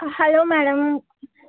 hello madam